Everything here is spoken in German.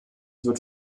wird